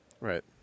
Right